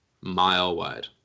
mile-wide